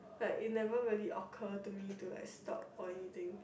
like it never occur to me to like stop for anything